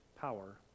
power